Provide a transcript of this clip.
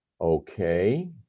Okay